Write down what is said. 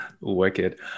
Wicked